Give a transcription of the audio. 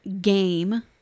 game